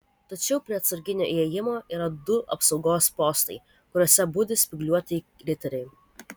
tačiau prie atsarginio įėjimo yra du apsaugos postai kuriuose budi spygliuotieji riteriai